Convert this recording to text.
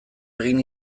egin